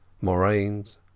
moraines